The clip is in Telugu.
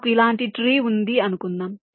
నాకు ఇలాంటి ట్రీ ఉంది అనుకుందాం